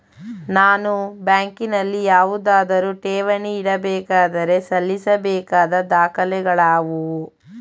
ನಾನು ಬ್ಯಾಂಕಿನಲ್ಲಿ ಯಾವುದಾದರು ಠೇವಣಿ ಇಡಬೇಕಾದರೆ ಸಲ್ಲಿಸಬೇಕಾದ ದಾಖಲೆಗಳಾವವು?